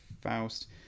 Faust